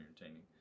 entertaining